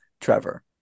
Trevor